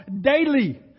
daily